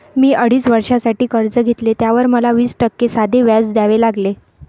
मी अडीच वर्षांसाठी कर्ज घेतले, त्यावर मला वीस टक्के साधे व्याज द्यावे लागले